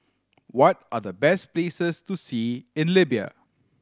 what are the best places to see in Libya